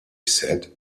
said